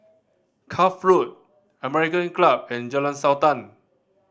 Cuff Road American Club and Jalan Sultan